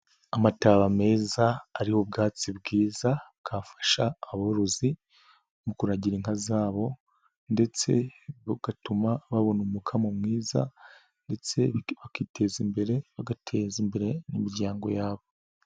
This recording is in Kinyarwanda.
Amataba meza, ariho ubwatsi bwiza, bwafasha aborozi mu kuragira inka zabo ndetse bugatuma babona umukamo mwiza ndetse bakiteza imbere, agateza imbere n'imiryango yabo.